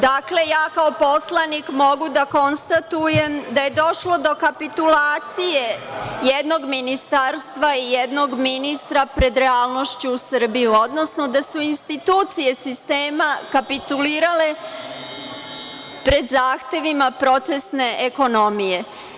Dakle, ja kao poslanik mogu da konstatujem da je došlo do kapitulacije jednog ministarstva i jednog ministra pred realnošću u Srbiji, odnosno da su institucije sistema kapitulirale pred zahtevima procesne ekonomije.